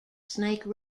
snake